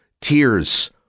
tears